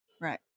right